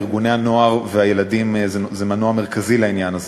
וארגוני הנוער והילדים זה מנוע מרכזי לעניין הזה.